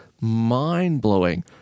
mind-blowing